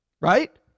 Right